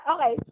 Okay